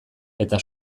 eta